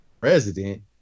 president